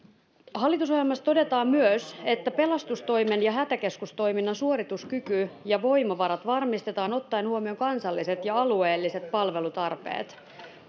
hallitusohjelmassa todetaan myös että pelastustoimen ja hätäkeskustoiminnan suorituskyky ja voimavarat varmistetaan ottaen huomioon kansalliset ja alueelliset palvelutarpeet